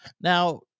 Now